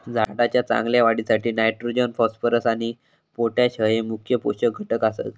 झाडाच्या चांगल्या वाढीसाठी नायट्रोजन, फॉस्फरस आणि पोटॅश हये मुख्य पोषक घटक आसत